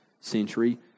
century